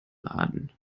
laden